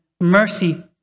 mercy